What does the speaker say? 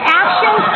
action